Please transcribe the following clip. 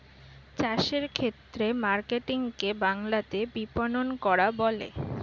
চাষের ক্ষেত্রে মার্কেটিং কে বাংলাতে বিপণন করা বলে